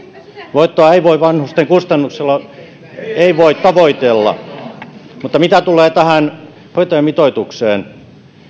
voittoa ei voi vanhusten kustannuksella tavoitella mitä tulee tähän hoitajamitoitukseen